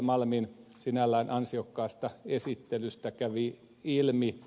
palmin sinällään ansiokkaasta esittelystä kävi ilmi